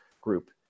group